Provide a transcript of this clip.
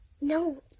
No